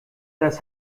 das